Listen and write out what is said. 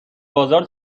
بازار